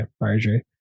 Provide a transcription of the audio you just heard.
Marjorie